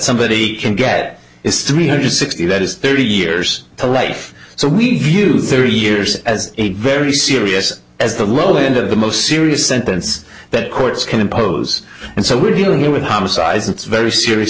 somebody can get is three hundred sixty that is thirty years to life so we view thirty years as a very serious as the low end of the most serious sentence that courts can impose and so we're dealing here with homicides it's very serious